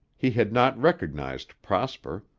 he had not recognized prosper.